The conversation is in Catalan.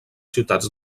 ciutats